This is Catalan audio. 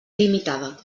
limitada